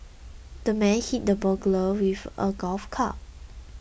the man hit the burglar with a golf club